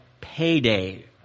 payday